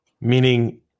meaning